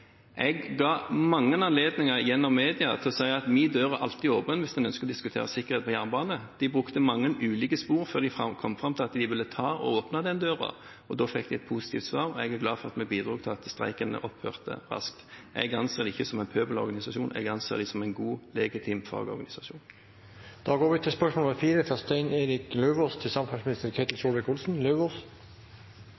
Jeg brukte mange anledninger gjennom media til å si at min dør alltid er åpen hvis en ønsker å diskutere sikkerhet på jernbanen. De brukte mange ulike spor før de kom fram til at de ville åpne den døren, og da fikk de et positivt svar. Jeg er glad for at vi bidro til at streiken opphørte raskt. Jeg anser dem ikke som en pøbelorganisasjon, jeg anser dem som en god, legitim fagorganisasjon.